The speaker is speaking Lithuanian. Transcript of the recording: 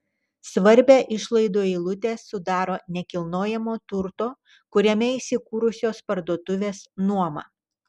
svarbią išlaidų eilutę sudaro nekilnojamojo turto kuriame įsikūrusios parduotuvės nuoma